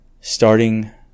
starting